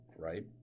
right